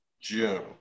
June